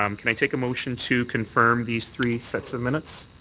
um can i take a motion to confirm these three sets of minutes?